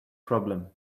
problem